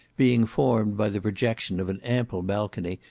being formed by the projection of an ample balcony,